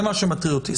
זה מה שמטריד אותי.